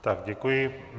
Tak děkuji.